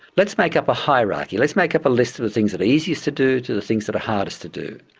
let's make up a hierarchy, let's make up a list of of things that are easiest to do to the things that are hardest to do.